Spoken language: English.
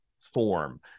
form